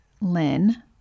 Lynn